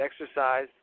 exercise